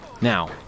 Now